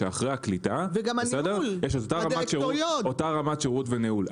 שאחרי הקליטה יש אותה רמת שירות וניהול,